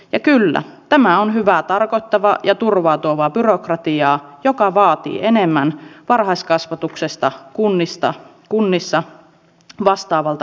ja kyllä tämä on hyvää tarkoittavaa ja turvaa tuovaa byrokratiaa joka vaatii enemmän varhaiskasvatuksesta kunnissa vastaavalta henkilöstöltä